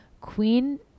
queen